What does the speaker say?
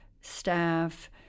staff